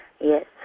Yes